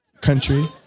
country